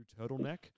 turtleneck